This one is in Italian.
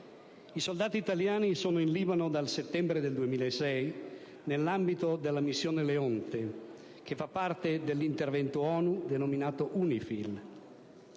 I soldati italiani sono in Libano dal settembre 2006 nell'ambito della missione Leonte, che fa parte dell'intervento ONU denominato UNIFIL.